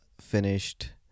finished